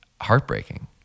heartbreaking